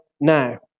now